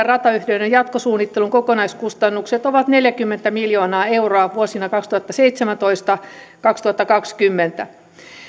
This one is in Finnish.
ratayhteyden jatkosuunnittelun kokonaiskustannukset ovat neljäkymmentä miljoonaa euroa vuosina kaksituhattaseitsemäntoista viiva kaksituhattakaksikymmentä